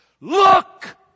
Look